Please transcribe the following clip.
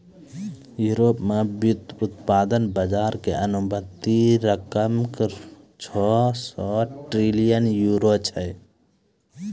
Europe मे व्युत्पादन बजारो के अनुमानित रकम छौ सौ ट्रिलियन यूरो छै